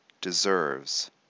deserves